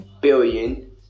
billion